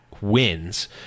Wins